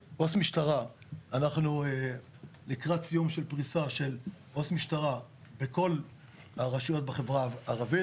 אנחנו לקראת סיום של פריסה של עו״ס משטרה בכל הרשויות בחברה הערבית.